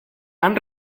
han